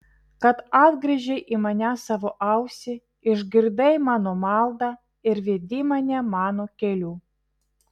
kad atgręžei į mane savo ausį išgirdai mano maldą ir vedi mane mano keliu